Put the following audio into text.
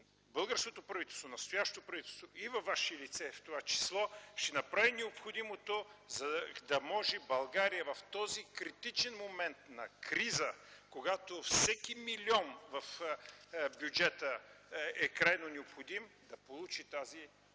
българското правителство, настоящото правителство, в това число и във Ваше лице, ще направи необходимото, за да може България в този критичен момент на криза, когато всеки милион в бюджета е крайно необходим, да получи тази сума,